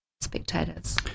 spectators